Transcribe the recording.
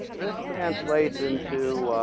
this translates into